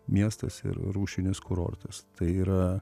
miestas ir rūšinis kurortas tai yra